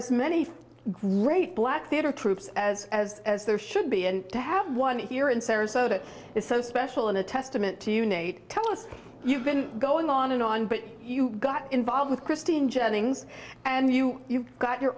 as many great black theatre troops as as as there should be and to have one here in sarasota is so special and a testament to you nate tell us you've been going on and on but you got involved with christine jennings and you you've got your